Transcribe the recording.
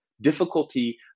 difficulty